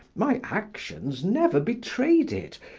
my actions never betrayed it,